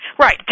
Right